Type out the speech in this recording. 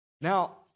now